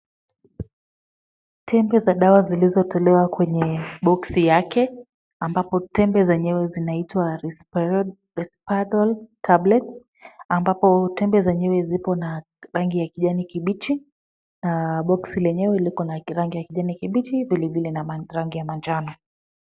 Tembe za dawa zilizotolewa kwenye boksi yake, ambapo tembe zenyewe zinaitwa Resperdal tablets .Ambapo tembe zenyewe ziko na rangi ya kijani kibichi na boksi lenyewe liko na rangi ya kijani kibichi vilevile na rangi ya manjano.